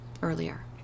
earlier